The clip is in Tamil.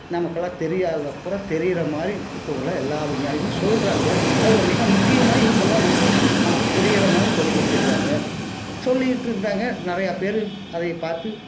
நமக்கெலாம் தெரியாதப் பூராக தெரிகிறமாதிரி இப்போ உள்ள எல்லா விஞ்ஞானிகளும் சொல்கிறாங்க அதில் மிக முக்கியமாக இவங்களெலாம் வந்து நமக்கு புரிகிற மாதிரி சொல்லிக் கொடுத்துருக்காங்க சொல்லிகிட்டு இருந்தாங்க நிறையா பேர் அதைப் பார்த்து